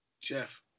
Jeff